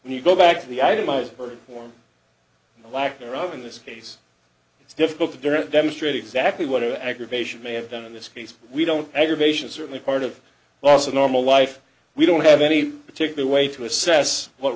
and you go back to the itemize or the lack thereof in this case it's difficult to direct demonstrate exactly what or aggravation may have done in this case we don't aggravation certainly part of loss of normal life we don't have any particular way to assess what